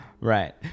Right